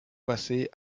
passés